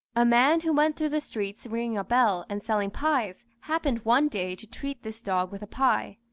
a man who went through the streets ringing a bell and selling pies, happened one day to treat this dog with a pie.